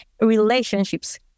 relationships